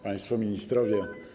Państwo Ministrowie!